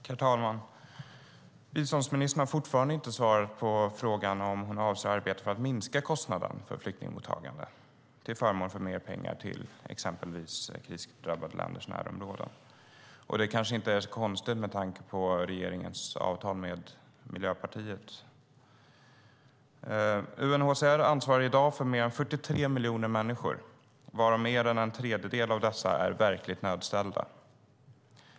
Herr talman! Biståndsministern har fortfarande inte svarat på frågan om hon avser att arbeta för att minska kostnaderna för flyktingmottagande till förmån för mer pengar exempelvis till krisdrabbade länders närområden. Det kanske inte är så konstigt med tanke på regeringens överenskommelse med Miljöpartiet. UNHCR ansvarar i dag för över 43 miljoner människor, varav mer än en tredjedel är verkligt nödställda.